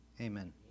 Amen